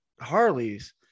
Harley's